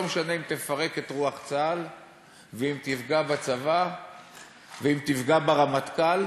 לא משנה אם תפרק את רוח צה"ל ואם תפגע בצבא ואם תפגע ברמטכ"ל,